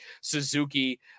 Suzuki